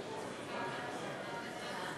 וחלק באו כדורשי עבודה.